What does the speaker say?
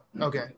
Okay